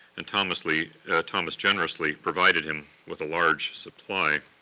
and thomas like thomas generously provided him with a large supply.